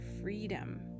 freedom